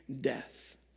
death